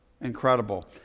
Incredible